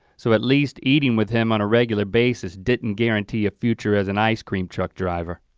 so at least eating with him on a regular basis didn't guarantee a future as an ice cream truck driver.